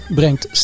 ...brengt